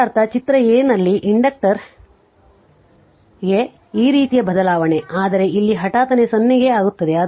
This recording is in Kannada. ಇದರರ್ಥ ಚಿತ್ರ a ನಲ್ಲಿ ಇಂಡಕ್ಟರಿಗೆ ಈ ರೀತಿಯ ಬದಲಾವಣೆ ಆದರೆ ಇಲ್ಲಿ ಹಠಾತ್ತನೆ 0 ಕ್ಕೆ ಆಗುತ್ತದೆ